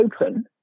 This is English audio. open